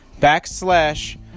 backslash